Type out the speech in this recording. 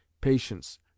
patience